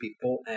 people